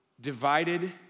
divided